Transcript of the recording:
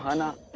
ah not